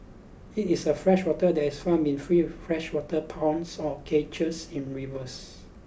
it is a freshwater that is farmed in free freshwater ponds or cages in rivers